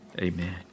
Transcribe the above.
Amen